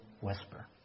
whisper